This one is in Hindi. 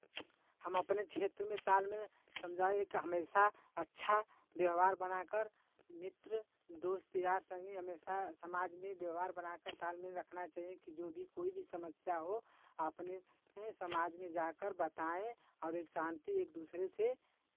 हम अपने क्षेत्र में तालमेल समझा एक हमेशा अच्छा व्यवहार बनाकर मित्र दोस्त यार संगी हमेशा समाज में व्यवहार बना कर तालमेल रखना चाहिए कि जो भी कोई भी समस्या हो अपने समाज में जाकर बताएं और एक शांति एक दूसरे से